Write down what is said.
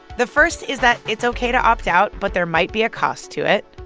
the first is that it's ok to opt out, but there might be a cost to it.